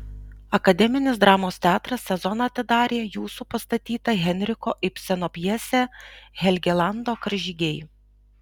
akademinis dramos teatras sezoną atidarė jūsų pastatyta henriko ibseno pjese helgelando karžygiai